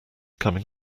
coming